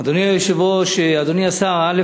אדוני היושב-ראש, אדוני השר, א.